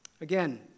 Again